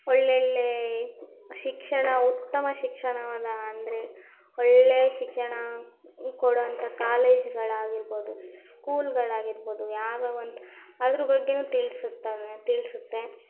ಒಳ್ಳೊಳ್ಳೆ ಶಿಕ್ಷಣ ಉತ್ತಮ ಶಿಕ್ಷಣವಾದ ಅಂದರೆ ಒಳ್ಳೆ ಶಿಕ್ಷಣ ಕೊಡುವಂಥ ಕಾಲೇಜ್ಗಳಾಗಿರ್ಬೋದು ಸ್ಕೂಲ್ಗಳಾಗಿರ್ಬೋದು ಯಾವುದೋ ಒಂದು ಅದರ ಬಗ್ಗೆಯೂ ತಿಳಿಸುತ್ತವೆ ತಿಳಿಸುತ್ತೆ